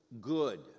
good